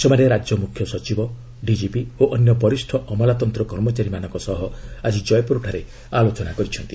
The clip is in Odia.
ସେମାନେ ରାଜ୍ୟ ମୁଖ୍ୟ ସଚିବ ଡିକିପି ଓ ଅନ୍ୟ ବରିଷ୍ଠ ଅମଲାତନ୍ତ୍ର କର୍ମଚାରୀଙ୍କ ସହ ଆକି କ୍ଷୟପୁରଠାରେ ଆଲୋଚନା କରିଛନ୍ତି